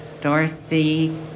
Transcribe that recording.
Dorothy